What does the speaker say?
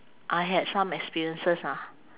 I had some experiences ah